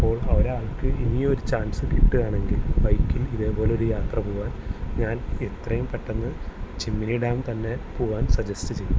അപ്പോൾ ഒരാൾക്ക് ഇനിയൊരു ചാൻസ് കിട്ടുകയാണെങ്കിൽ ബൈക്കിൽ ഇതേപോലൊരു യാത്ര പോവാൻ ഞാൻ എത്രയും പെട്ടെന്ന് ചിമ്മിനി ഡാം തന്നെ പോവാൻ സജസ്റ്റ് ചെയ്യും